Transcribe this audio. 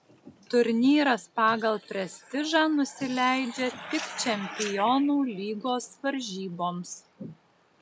turnyras pagal prestižą nusileidžia tik čempionų lygos varžyboms